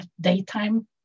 daytime